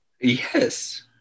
Yes